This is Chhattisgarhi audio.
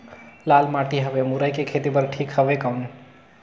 लाल माटी हवे मुरई के खेती बार ठीक हवे कौन?